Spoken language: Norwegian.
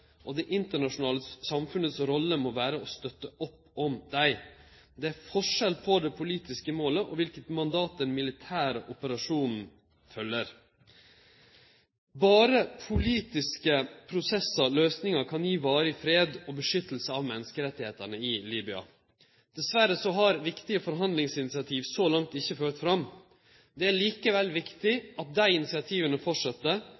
og det internasjonale samfunnets rolle må være å støtte opp om disse.» Det er forskjell på det politiske målet, og kva for mandat den militære operasjonen følgjer. Berre politiske prosessar og løysingar kan gi varig fred og beskyttelse av menneskerettane i Libya. Dessverre har viktige forhandlingsinitiativ så langt ikkje ført fram. Det er likevel